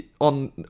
On